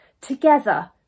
together